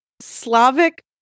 Slavic